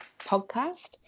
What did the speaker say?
podcast